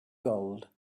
gold